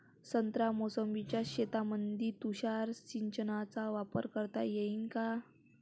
संत्रा मोसंबीच्या शेतामंदी तुषार सिंचनचा वापर करता येईन का?